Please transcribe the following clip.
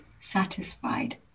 satisfied